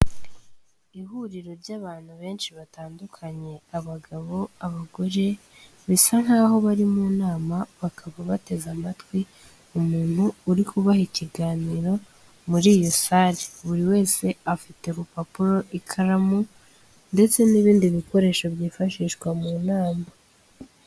Ihuriro ry'abantu benshi batandukanye, abagabo, abagore, bisa nk'aho bari mu nama, bakaba bateze amatwi umuntu uri kubaha ikiganiro muri iyo sare. Buri wese afite urupapuro, ikaramu ndetse n'ibindi bikoresho byifashishwa mu nama.